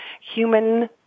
human